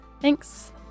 Thanks